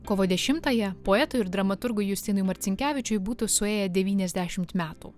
kovo dešimtąją poetui ir dramaturgui justinui marcinkevičiui būtų suėję devyniasdešimt metų